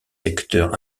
secteurs